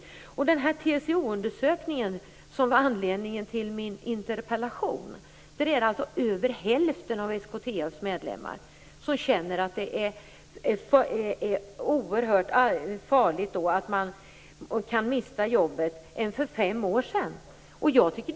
Enligt den TCO-undersökning som var anledningen till min interpellation känner över hälften av alla SKTF:s medlemmar att det är avsevärt farligare att göra det nu än för fem år sedan - man kan mista jobbet.